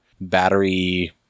battery